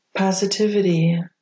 Positivity